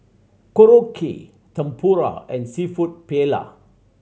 Korokke Tempura and Seafood Paella